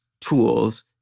tools